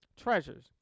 treasures